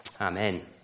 Amen